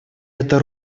эта